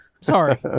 Sorry